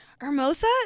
Hermosa